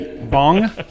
Bong